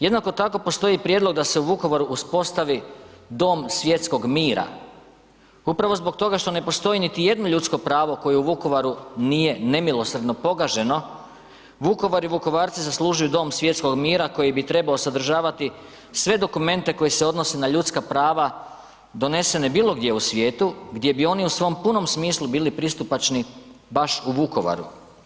Jednako tako postoji prijedlog da se u Vukovaru uspostavi dom svjetskog mira, upravo zbog toga što ne postoji niti jedno ljudsko pravo koje u Vukovaru nije nemilosrdno pogaženo, Vukovar i Vukovarci zaslužuju dom svjetskog mira koji bi trebao sadržavati sve dokumente koji se odnose na ljudska prava donesene bilo gdje u svijetu gdje bi oni u svom punom smislu bili pristupačni baš u Vukovaru.